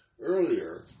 earlier